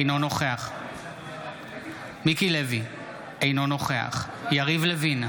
אינו נוכח מיקי לוי, אינו נוכח יריב לוין,